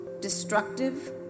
destructive